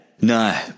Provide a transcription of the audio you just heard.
No